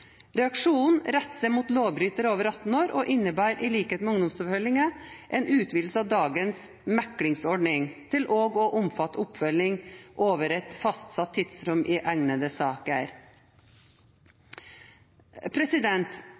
Reaksjonen retter seg mot lovbrytere over 18 år og innebærer, i likhet med ungdomsoppfølging, en utvidelse av dagens meklingsordning til også å omfatte oppfølging over et fastsatt tidsrom i egnede saker.